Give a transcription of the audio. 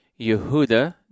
Yehuda